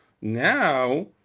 Now